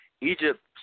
Egypt